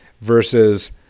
versus